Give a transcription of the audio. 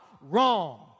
Wrong